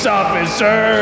officer